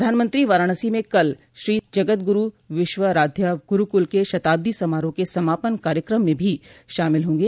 प्रधानमंत्री वाराणसी में कल श्री जगतगुरू विश्वाराध्य गुरूकुल के शताब्दी समारोह के समापन कार्यक्रम में भी शामिल होंगे